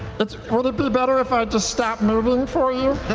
would it be better if i just stop moving for you?